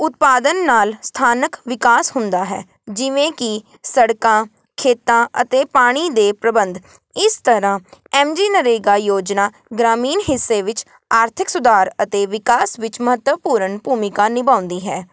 ਉਤਪਾਦਨ ਨਾਲ ਸਥਾਨਕ ਵਿਕਾਸ ਹੁੰਦਾ ਹੈ ਜਿਵੇਂ ਕਿ ਸੜਕਾਂ ਖੇਤਾਂ ਅਤੇ ਪਾਣੀ ਦੇ ਪ੍ਰਬੰਧ ਇਸ ਤਰ੍ਹਾਂ ਐੱਮ ਜੀ ਨਰੇਗਾ ਯੋਜਨਾ ਗ੍ਰਾਮੀਣ ਹਿੱਸੇ ਵਿੱਚ ਆਰਥਿਕ ਸੁਧਾਰ ਅਤੇ ਵਿਕਾਸ ਵਿੱਚ ਮਹੱਤਵਪੂਰਨ ਭੂਮਿਕਾ ਨਿਭਾਉਂਦੀ ਹੈ